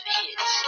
hits